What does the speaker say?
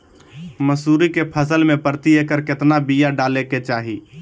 मसूरी के फसल में प्रति एकड़ केतना बिया डाले के चाही?